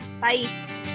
Bye